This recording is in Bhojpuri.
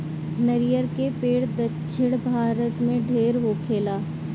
नरियर के पेड़ दक्षिण भारत में ढेर होखेला